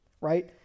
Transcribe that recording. right